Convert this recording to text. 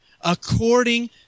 According